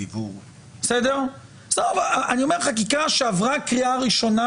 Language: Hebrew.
אני אומר חקיקה שעברה קריאה ראשונה,